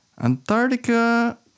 Antarctica